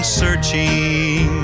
searching